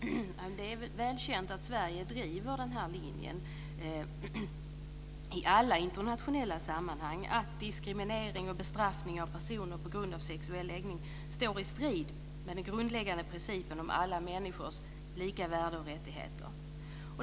Fru talman! Det är väl känt att Sverige driver den här linjen i alla internationella sammanhang, alltså att diskriminering och bestraffning av personer på grund av sexuell läggning står i strid med den grundläggande principen om alla människors lika värde och rättigheter.